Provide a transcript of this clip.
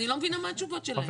אני לא מבינה מה התשובות שלהם.